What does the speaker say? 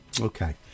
Okay